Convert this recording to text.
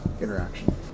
interaction